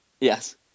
Yes